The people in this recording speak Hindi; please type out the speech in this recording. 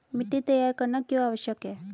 मिट्टी तैयार करना क्यों आवश्यक है?